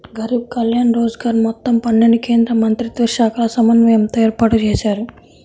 గరీబ్ కళ్యాణ్ రోజ్గర్ మొత్తం పన్నెండు కేంద్రమంత్రిత్వశాఖల సమన్వయంతో ఏర్పాటుజేశారు